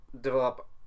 develop